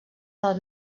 del